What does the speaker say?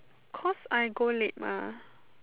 cause I go late mah